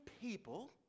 people